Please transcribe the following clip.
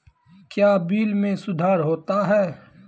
क्या बिल मे सुधार होता हैं?